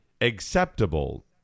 acceptable